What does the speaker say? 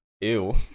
ew